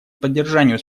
поддержанию